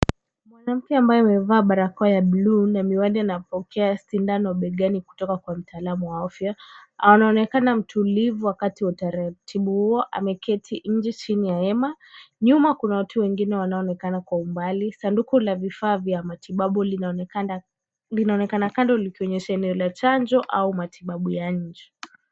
Mwanamke ambaye amevaa barakoa ya bluu na miwani anapokea sindano begani kutoka kwa mtaalam wa afya. Anaonekana mtulivu wakati wa utaratibu huo ameketi nje chini ya hema. Nyuma kuna watu wengine wanaoonekana kwa umbali. Sanduku la vifaa vya matibabu linaonekana kando likionyesha eneo la chanjo au matibabau ya nje.